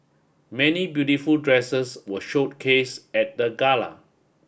many beautiful dresses were showcase at the gala